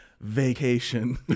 vacation